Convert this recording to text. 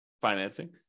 financing